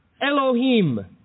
Elohim